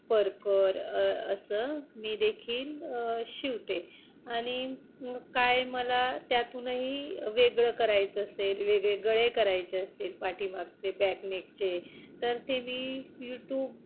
परकर अ असं मी देखील शिवते आणि मग काय मला त्यातूनही वेगळं करायचं असेल वेगळे गळे करायचे असेल पाठीमागचे बॅक नेकचे तर ते मी यूट्यूब